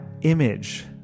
image